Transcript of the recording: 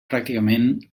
pràcticament